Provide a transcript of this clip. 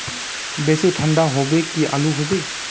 बेसी ठंडा होबे की आलू होबे